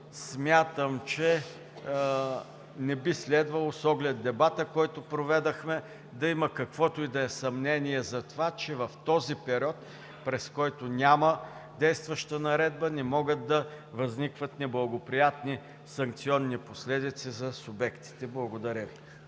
Смятам, че не би следвало, с оглед дебата, който проведохме, да има каквото и да е съмнение за това, че в този период, през който няма действаща наредба, не могат да възникват неблагоприятни санкционни последици за субектите. Благодаря Ви.